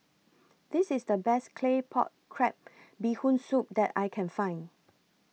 This IS The Best Claypot Crab Bee Hoon Soup that I Can Find